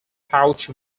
pouch